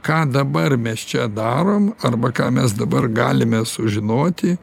ką dabar mes čia darom arba ką mes dabar galime sužinoti